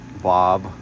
Bob